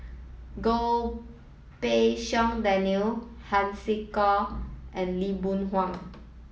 Goh Pei Siong Daniel Han Sai and Lee Boon Wang